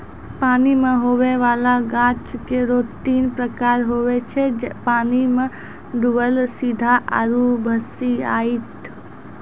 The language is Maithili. पानी मे हुवै वाला गाछ केरो तीन प्रकार हुवै छै पानी मे डुबल सीधा आरु भसिआइत